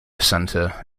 center